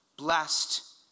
Blessed